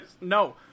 No